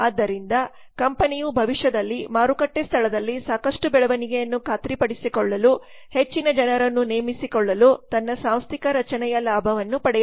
ಆದ್ದರಿಂದ ಕಂಪನಿಯುಭವಿಷ್ಯದಲ್ಲಿ ಮಾರುಕಟ್ಟೆ ಸ್ಥಳದಲ್ಲಿ ಸಾಕಷ್ಟು ಬೆಳವಣಿಗೆಯನ್ನು ಖಾತ್ರಿಪಡಿಸಿಕೊಳ್ಳಲು ಹೆಚ್ಚಿನ ಜನರನ್ನು ನೇಮಿಸಿಕೊಳ್ಳಲು ತನ್ನ ಸಾಂಸ್ಥಿಕ ರಚನೆಯ ಲಾಭವನ್ನುಪಡೆಯಬಹುದು